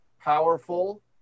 powerful